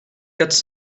quatre